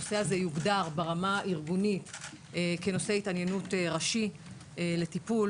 שהנושא הזה יוגדר ברמה הארגונית כנושא התעניינות ראשי לטיפול,